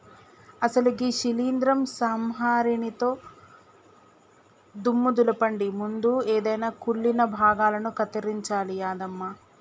అసలు గీ శీలింద్రం సంహరినితో దుమ్ము దులపండి ముందు ఎదైన కుళ్ళిన భాగాలను కత్తిరించాలి యాదమ్మ